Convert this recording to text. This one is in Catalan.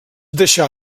deixar